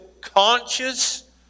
conscious